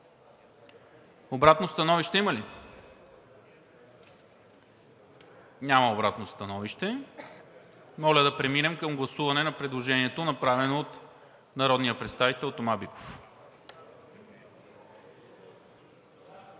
Обратно становище има ли? Няма. Моля да преминем към гласуване на предложението, направено от народния представител Тома Биков.